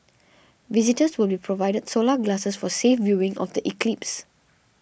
visitors will be provided solar glasses for safe viewing of the eclipse